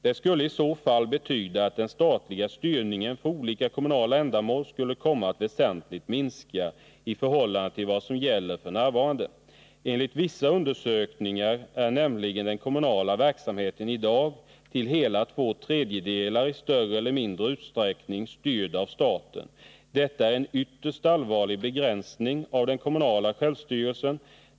Det skulle i så fall betyda att den statliga styrningen för olika kommunala ändamål skulle komma att väsentligt minska i förhållande till vad som gäller f. n. Enligt vissa undersökningar är nämligen den kommunala verksamheten i dag till hela två tredjedelar i större eller mindre utsträckning styrd av staten. Detta är en ytterst allvarlig begränsning av den kommunala självstyrelsen.